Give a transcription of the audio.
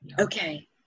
Okay